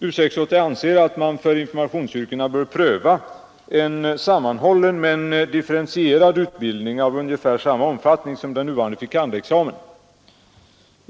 U 68 anser att man för informationsyrkena bör pröva en sammanhållen men differentierad utbildning av ungefär samma omfattning som den nuvarande fil. kand.-examen.